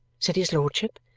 said his lordship.